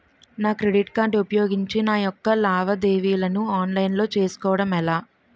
నా credit card ఉపయోగించి నా యెక్క లావాదేవీలను ఆన్లైన్ లో చేసుకోవడం ఎలా?